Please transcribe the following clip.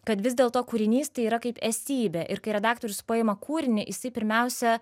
kad vis dėlto kūrinys tai yra kaip esybė ir kai redaktorius paima kūrinį jisai pirmiausia